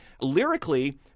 Lyrically